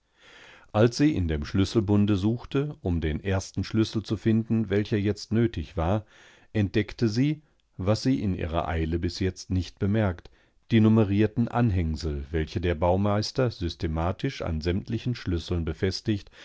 als sie in dem schlüsselbunde suchte um den ersten schlüssel zu finden welcher jetzt nötig war entdeckte sie was sie in ihrer eile bis jetzt nicht bemerkt die numerierten anhängsel welche der baumeister systematisch an sämtlichen schlüsseln befestigt